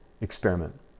experiment